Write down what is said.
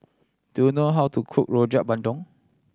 do you know how to cook Rojak Bandung